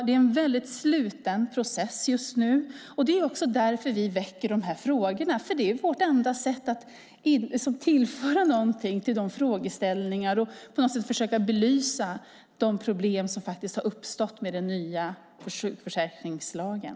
Det är en väldigt sluten process just nu, och det är därför vi väcker dessa frågor. Det är vårt enda sätt att tillföra någonting till frågeställningarna och försöka belysa de problem som uppstått med den nya sjukförsäkringslagen.